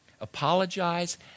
Apologize